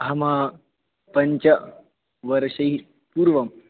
अहं पञ्चवर्षेभ्यः पूर्वं